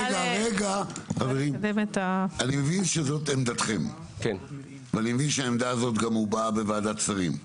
אני מבין שזאת עמדתכם ואני מבין שהעמדה הזאת גם הובעה בוועדת השרים.